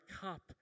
cup